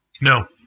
No